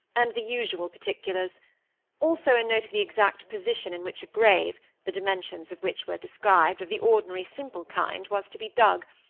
and the usual particulars also a note of the exact position in which a grave, the dimensions of which were described, of the ordinary simple kind, was to be dug,